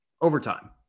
overtime